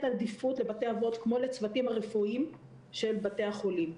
עדיפות לבתי אבות כמו לצוותים הרפואיים של בתי החולים.